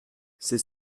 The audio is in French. c’est